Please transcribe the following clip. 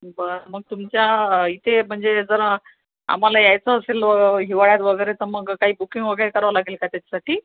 बरं मग तुमच्याइथे म्हणजे जर आम्हाला यायचं असेल तर हिवाळ्यात वगैरे तर मग काही बुकिंग वगैरे करावं लागेल का त्याच्यासाठी